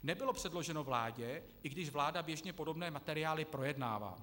Nebylo předloženo vládě, i když vláda běžně podobné materiály projednává.